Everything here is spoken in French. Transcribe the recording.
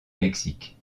mexique